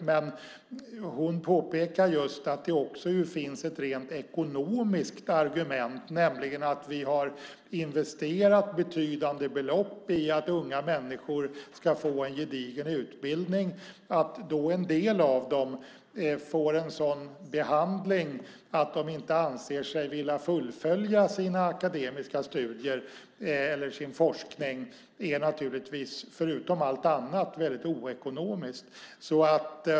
Men hon påpekar just att det också finns ett rent ekonomiskt argument, nämligen att vi har investerat betydande belopp i att unga människor ska få en gedigen utbildning. Att en del av dem sedan får en sådan behandling att de inte anser sig vilja fullfölja sina akademiska studier eller sin forskning är naturligtvis, förutom allt annat, väldigt oekonomiskt.